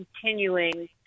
continuing